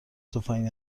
تفنگ